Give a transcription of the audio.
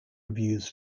reviews